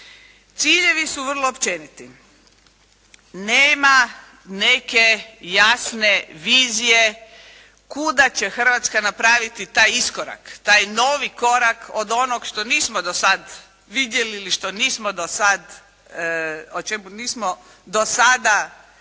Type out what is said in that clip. Ciljevi su vrlo općeniti. Nema neke jasne vizije kuda će Hrvatska napraviti taj iskorak, taj novi korak od onoga što nismo do sada vidjeli ili što nismo do sada, o čemu